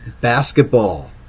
Basketball